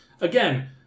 again